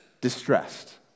distressed